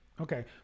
Okay